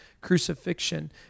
crucifixion